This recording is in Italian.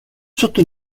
sotto